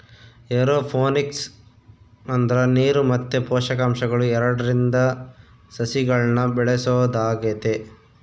aeroponics ಅಂದ್ರ ನೀರು ಮತ್ತೆ ಪೋಷಕಾಂಶಗಳು ಎರಡ್ರಿಂದ ಸಸಿಗಳ್ನ ಬೆಳೆಸೊದಾಗೆತೆ